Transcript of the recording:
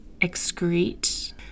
excrete